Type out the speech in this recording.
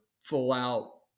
full-out